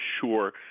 sure